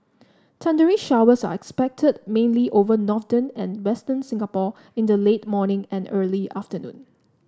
thundery showers are expected mainly over northern and western Singapore in the late morning and early afternoon